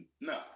No